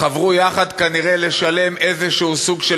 חברו יחד כנראה לשלם איזשהו סוג של